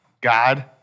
God